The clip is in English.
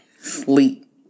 Sleep